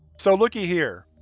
so lookie here.